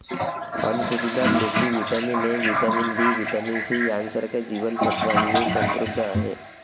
अणकुचीदार लोकी vitamin A, vitamin B, vitamin C यांसारख्या जीवन सत्त्वांनी समृद्ध आहे